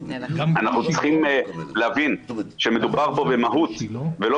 אנחנו צריכים להבין שמדובר פה במהות ולא